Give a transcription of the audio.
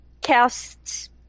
casts